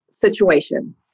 situation